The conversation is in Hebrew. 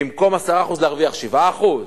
במקום 10% להרוויח 7%?